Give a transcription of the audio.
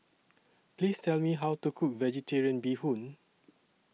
Please Tell Me How to Cook Vegetarian Bee Hoon